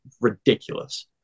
ridiculous